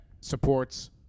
supports